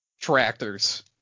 tractors